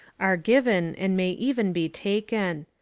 are given and may even be taken.